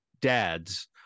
dads